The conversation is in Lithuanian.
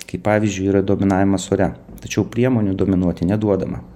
kaip pavyzdžiui yra dominavimas ore tačiau priemonių dominuoti neduodama